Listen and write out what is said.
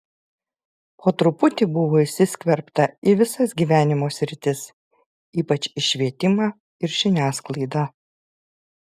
po truputį buvo įsiskverbta į visas gyvenimo sritis ypač į švietimą ir žiniasklaidą